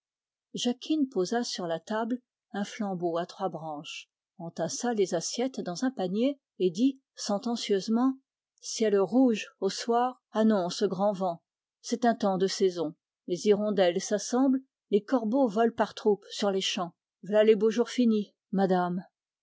jacquine posa sur la table un flambeau à trois branches et dit sentencieusement ciel rouge au soir annonce grand vent c'est un temps de saison les hirondelles s'assemblent les corbeaux volent par troupes sur les champs voilà les beaux jours finis madame